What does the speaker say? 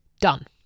Done